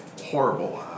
horrible